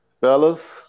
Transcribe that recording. fellas